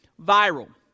viral